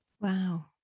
Wow